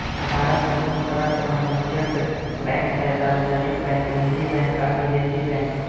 भारत मे तीन तरहक वाणिज्यिक बैंक छै, सार्वजनिक बैंक, निजी बैंक आ विदेशी बैंक